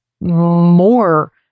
more